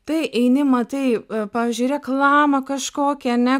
tai eini matai pavyzdžiui reklamą kažkokią ane